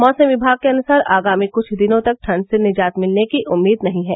मौसम दिभाग के अनुसार आगामी कुछ दिनों तक ठंड से निजात मिलने की उम्मीद नही है